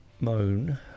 moan